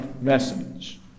message